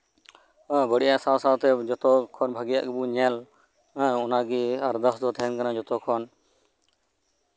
ᱚᱱᱟ ᱵᱟᱲᱤᱡ ᱟᱜ ᱥᱟᱶᱼᱥᱟᱶ ᱛᱮ ᱡᱷᱚᱛᱚ ᱠᱷᱚᱱ ᱵᱷᱟᱹᱜᱮᱹᱭᱟᱜ ᱜᱮᱵᱚᱱ ᱧᱮᱞ ᱟᱨ ᱚᱱᱟ ᱜᱮ ᱟᱨᱫᱟᱥ ᱫᱚ ᱛᱟᱦᱮᱱ ᱠᱟᱱᱟ ᱡᱷᱚᱛᱚᱠᱷᱚᱱ